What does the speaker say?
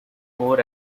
more